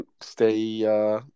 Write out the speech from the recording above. stay